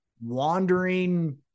wandering